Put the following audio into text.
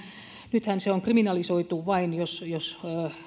nythän se on kriminalisoitu vain jos jos